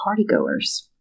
partygoers